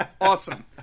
awesome